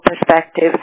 perspective